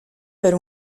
per